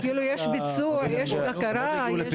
יש הכרה?